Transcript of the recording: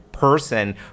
Person